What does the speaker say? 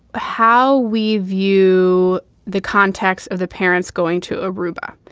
how we view the context of the parents going to aruba.